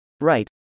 Right